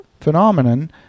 phenomenon